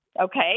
Okay